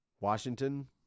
Washington